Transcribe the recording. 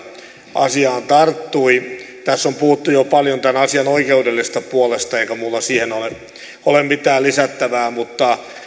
asiaan tarttui tässä on puhuttu jo paljon tämän asian oikeudellisesta puolesta eikä minulla siihen ole mitään lisättävää mutta